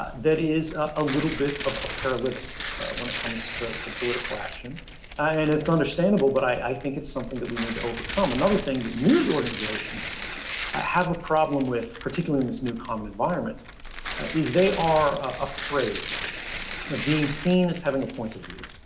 that is a little bit of a paralytic when it comes to to political action and it's understandable, but i think it's something that we need to overcome. another thing the news organizations have a problem with particularly in this new calm environment is they are afraid of being seen as having a point of view.